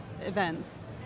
events